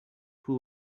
who